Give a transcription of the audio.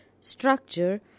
structure